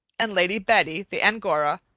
and lady betty, the angora,